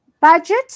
budget